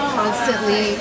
constantly